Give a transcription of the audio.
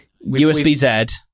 USB-Z